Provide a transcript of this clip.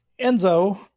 Enzo